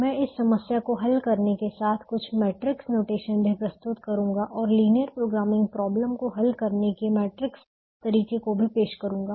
मैं इस समस्या को हल करने के साथ कुछ मैट्रिक्स नोटेशन भी प्रस्तुत करूंगा और लीनियर प्रोग्रामिंग प्रॉब्लम को हल करने के मैट्रिक्स तरीके को भी पेश करूंगा